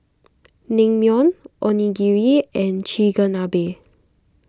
Naengmyeon Onigiri and Chigenabe